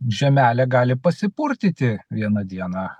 žemelė gali pasipurtyti vieną dieną